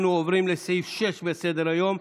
אנחנו עוברים לסעיף 6 שעל סדר-היום,